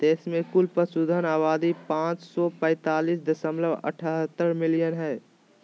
देश में कुल पशुधन आबादी पांच सौ पैतीस दशमलव अठहतर मिलियन हइ